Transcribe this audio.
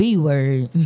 B-word